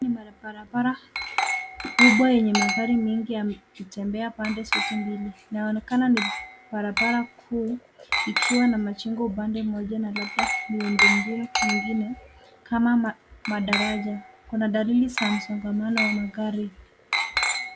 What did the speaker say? Ni mabarabara kubwa yenye magari mengi yakitembea pande zote mbili. Inaonekana ni barabara kuu ikiwa na majengo upande mmoja na labda miundombinu nyingine kama madaraja. Kuna dalili za msongamano wa magari.